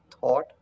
thought